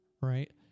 Right